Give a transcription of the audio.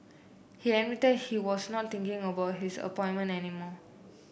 he admitted he was not thinking about his appointment any more